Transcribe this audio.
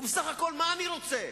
בסך הכול מה אני רוצה?